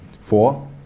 Four